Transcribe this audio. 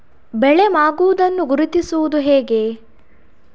ಬೆಳೆ ಮಾಗುವುದನ್ನು ಗುರುತಿಸುವುದು ಹೇಗೆ?